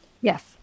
Yes